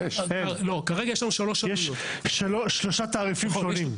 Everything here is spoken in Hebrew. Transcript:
יש שלושה תעריפים שונים.